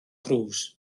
cruise